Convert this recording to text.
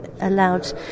allowed